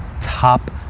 top